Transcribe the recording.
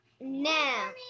Now